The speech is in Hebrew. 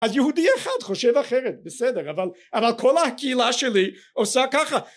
אז יהודי אחד חושב אחרת בסדר אבל אבל כל הקהילה שלי עושה ככה